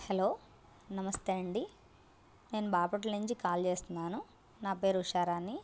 hello namaste అండి నేను బాపట్ల నుంచి కాల్ చేస్తున్నాను నా పేరు ఉషారాణి